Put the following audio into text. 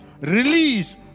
release